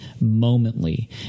momently